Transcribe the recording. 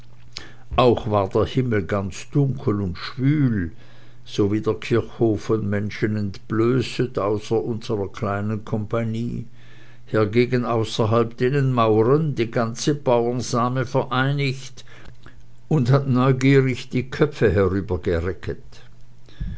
auch der himmel ganz dunkel und schwül so wie der kirchhof von menschen entblößet außer unserer kleinen compagnie hergegen außerhalb denen mauren die ganze baursame vereiniget und hat neugierig die köpfe